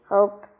Hope